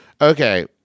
okay